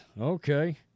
Okay